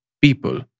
people